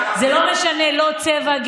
לא משנה צבע,